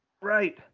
Right